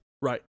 Right